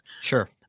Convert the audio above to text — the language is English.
Sure